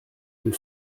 deux